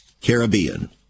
Caribbean